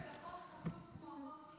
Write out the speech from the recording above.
אומרים